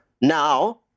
Now